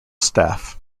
staff